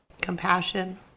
compassion